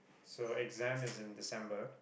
so exam is in December